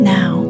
Now